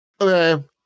okay